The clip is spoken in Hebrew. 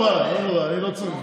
לא נורא, לא נורא, אני לא צריך שר.